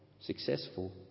successful